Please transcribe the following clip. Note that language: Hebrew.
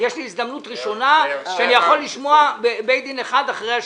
יש לי הזדמנות ראשונה שאני יכול לשמוע בית דין אחד אחרי השני.